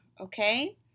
okay